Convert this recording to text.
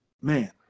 man